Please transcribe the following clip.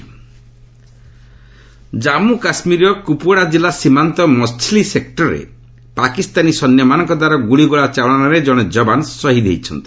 JK ceasefire Jammu କାଶ୍କୀରର କୁପୁୱାଡା ଜିଲ୍ଲା ସୀମାନ୍ତ ମଛ୍ଲି ସେକ୍ଟରରେ ପାକିସ୍ତାନୀ ସୈନ୍ୟମାନଙ୍କ ଦ୍ୱାରା ଗୁଳିଗୋଳା ଚାଳନାରେ ଜଣେ ଜବାନ ସହିଦ ହୋଇଛନ୍ତି